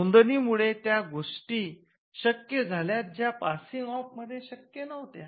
नोंदणीमुळे त्या गोष्टी शक्य झाल्यात ज्या पासिंग ऑफ मध्ये शक्य नव्हत्या